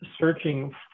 searching